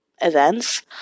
events